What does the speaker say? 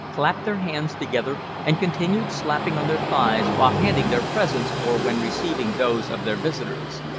clapped their hands together, and continued slapping on their thighs while handing their presents, or when receiving those of their visitors.